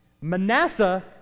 Manasseh